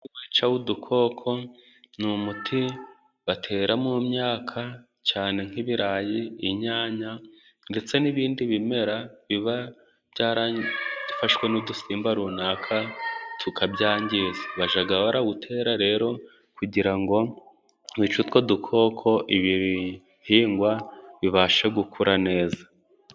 Umuti wica udukoko ni umuti batera mu myaka cyane nk'ibirayi, inyanya ndetse n'ibindi bimera biba byarafashwe n'udusimba runaka tukabyangiza. Bajyaga bawutera rero kugira ngo bice utwo dukoko ibihingwa bibashe gukura neza.